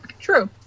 True